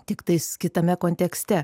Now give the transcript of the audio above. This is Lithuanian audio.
tiktais kitame kontekste